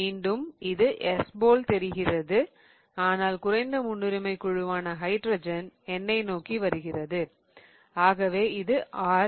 மீண்டும் இது S போல் தெரிகிறது ஆனால் குறைந்த முன்னுரிமை குழுவான ஹைட்ரஜன் என்னை நோக்கி வருகிறது ஆகவே இது R